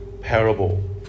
parable